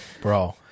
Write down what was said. Bro